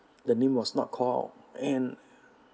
the name was not call out and